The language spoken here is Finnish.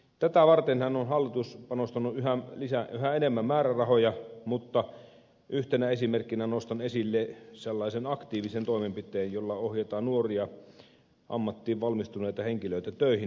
tätä vartenhan on hallitus panostanut yhä enemmän määrärahoja mutta yhtenä esimerkkinä nostan esille sellaisen aktiivisen toimenpiteen jolla ohjataan nuoria ammattiin valmistuneita henkilöitä töihin